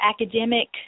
academic